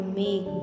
make